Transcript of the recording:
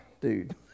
dude